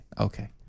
Okay